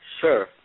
Sure